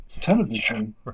television